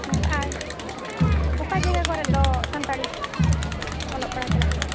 ᱟᱨ ᱚᱠᱟ ᱡᱟᱭᱜᱟ ᱠᱚᱨᱮᱫᱚ ᱥᱟᱱᱛᱟᱲᱤ ᱚᱞᱚᱜ ᱯᱟᱲᱦᱟᱣ ᱪᱟᱞᱟᱜ ᱠᱟᱱᱟ